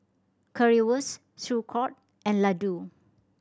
Currywurst Sauerkraut and Ladoo